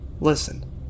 Listen